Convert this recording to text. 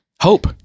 Hope